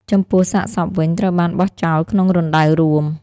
ចំពោះសាកសពវិញ ត្រូវបានបោះចោលក្នុងរណ្ដៅរួម។